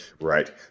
Right